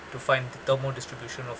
to find the thermal distribution of